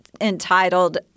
entitled